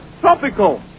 tropical